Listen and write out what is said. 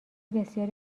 بسیاری